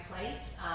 place